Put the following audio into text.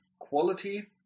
quality